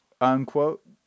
unquote